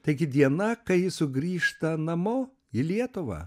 taigi diena kai jis sugrįžta namo į lietuvą